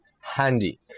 handy